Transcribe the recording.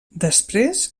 després